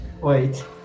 Wait